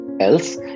else